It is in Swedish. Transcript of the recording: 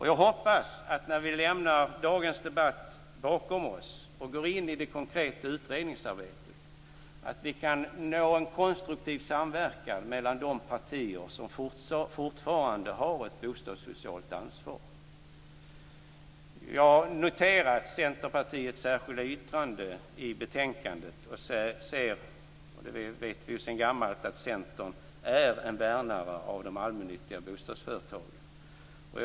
Jag hoppas att vi, när vi lämnar dagens debatt bakom oss och går in i det konkreta utredningsarbetet, kan nå en konstruktiv samverkan mellan de partier som fortfarande har ett bostadssocialt ansvar. Jag har av Centerpartiets särskilda yttrande i betänkandet noterat - och det vet vi ju sedan gammalt - att Centern är en värnare om de allmännyttiga bostadsföretagen.